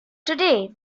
today